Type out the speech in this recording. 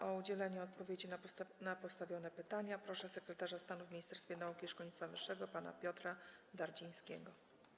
O udzielenie odpowiedzi na postawione pytania proszę sekretarza stanu w Ministerstwie Nauki i Szkolnictwa Wyższego pana Piotra Dardzińskiego.